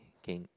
gain